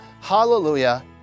hallelujah